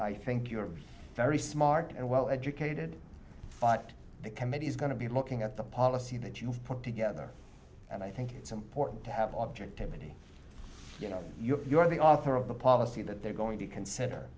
i think you are very smart and well educated but the committee is going to be looking at the policy that you've put together and i think it's important to have objectivity you know you're the author of the policy that they are going to consider